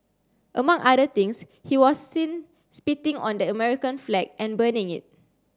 among other things he was seen spitting on the American flag and burning it